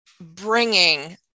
bringing